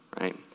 right